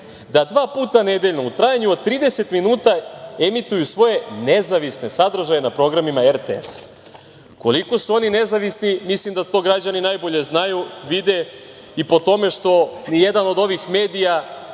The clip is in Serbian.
da dva puta nedeljno u trajanju od 30 minuta emituju svoje nezavisne sadržaje na programima RTS.Koliko su oni nezavisni, mislim da to građani najbolje znaju, vide i po tome što nijedan od ovih medija